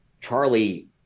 charlie